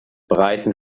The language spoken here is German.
breiten